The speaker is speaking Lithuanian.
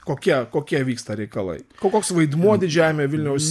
kokie kokie vyksta reikalai ko koks vaidmuo didžiajame vilniaus